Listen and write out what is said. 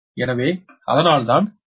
எனவே அதனால்தான் எச்